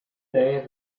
day